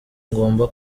ngomba